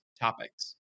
topics